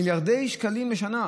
מיליארדי שקלים בשנה,